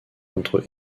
contre